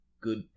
good